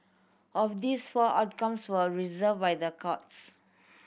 of these four outcomes were reversed by the courts